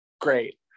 great